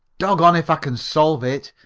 doggone if i can solve it,